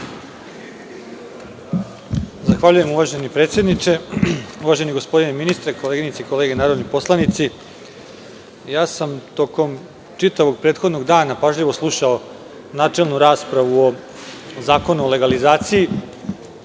Zahvaljujem, uvaženi predsedniče. Uvaženi gospodine ministre, koleginice i kolege narodni poslanici, tokom čitavog prethodnog dana sam pažljivo slušao načelnu raspravu o Zakonu o legalizaciji